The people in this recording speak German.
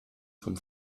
vom